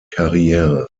karriere